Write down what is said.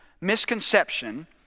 misconception